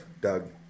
Doug